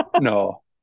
No